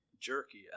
jerky